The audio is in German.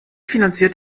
finanziert